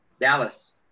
Dallas